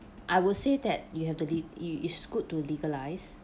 I will say that you have to lead y~ it's good to legalise